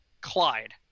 Clyde